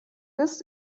ist